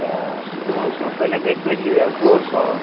اچھا دو سو پہلے کہ دوئیے دو سو